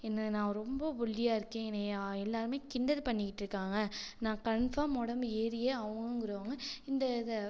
என்ன நான் ரொம்ப ஒல்லியாக இருக்கேன் என்னையை எல்லாருமே கிண்டல் பண்ணிட்ருக்காங்கள் நான் கன்ஃபார்ம் உடம்பு ஏறியே ஆகணுங்கிறவங்க இந்த இதை